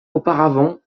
auparavant